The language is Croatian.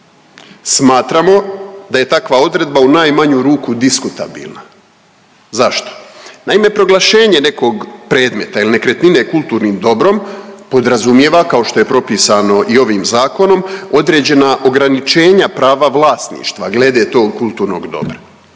Smatramo da je takva odredba u najmanju ruku diskutabilna. Zašto? Naime, proglašenje nekog predmeta ili nekretnine kulturnim dobrom podrazumijeva, kao što je propisano i ovim zakonom, određenja ograničenja prava vlasništva glede tog kulturnog dobra.